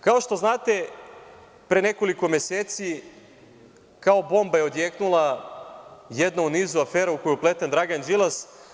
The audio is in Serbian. Kao što znate, pre nekoliko meseci, kao bomba je odjeknula jedna u nizu afera u koje je upleten Dragan Đilas.